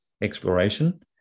exploration